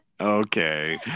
Okay